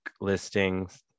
listings